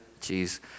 Jeez